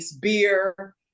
beer